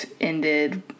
ended